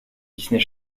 disney